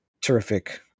terrific